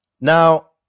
Now